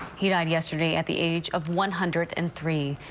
he died yesterday at the age of one hundred and three.